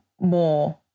more